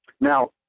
Now